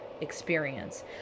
experience